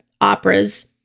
operas